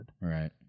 Right